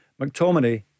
McTominay